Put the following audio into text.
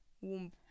womb